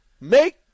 Make